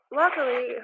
luckily